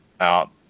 out